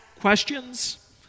questions